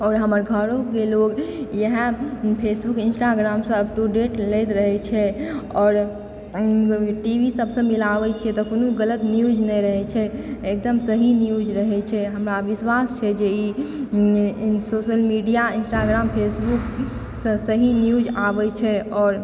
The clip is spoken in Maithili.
आओर हमर घरो के लोक इएह फेसबुक इन्स्टाग्रामसँ उप टू डेट लैत रहै छै आओर टीवी सभसँ मिलाबै छियै तऽ कोनो गलत न्यूज नहि रहै छै एकदम सही न्यूज रहै छै हमरा विश्वास छै जे ई सोशल मीडिया इन्स्टाग्राम फेसबुकसँ सही न्यूज आबै छै आओर